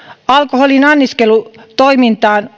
alkoholin anniskelutoimintaan